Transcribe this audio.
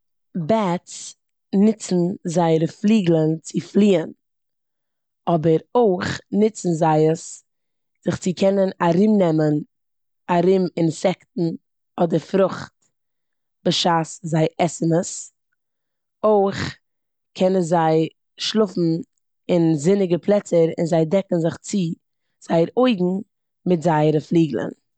בעטס נוצן זייער פליגלען צו פליען אבער אויך נוצן זיי עס זיך צו קענען ארומנעמען ארום אינסעקטן אדער פרוכט בשעת זיי עסן עס. אויך קענען זיי שלאפן אין זוניגע פלעצער און זיי דעקן זיך צו זייער אויגן מיט זייערע פליגלען.